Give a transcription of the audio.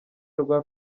rwa